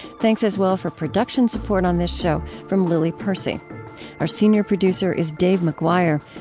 thanks as well for production support on this show from lily percy our senior producer is dave mcguire.